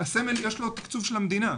לסמל יש תקצוב של המדינה.